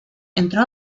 entró